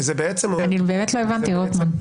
אני באמת לא הבנתי, רוטמן.